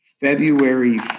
February